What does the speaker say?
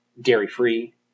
dairy-free